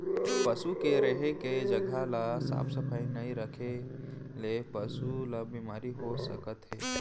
पसू के रेहे के जघा ल साफ सफई नइ रखे ले पसु ल बेमारी हो सकत हे